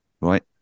right